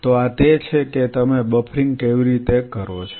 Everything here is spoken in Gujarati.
તો આ તે છે કે તમે બફરિંગ કેવી રીતે કરો છો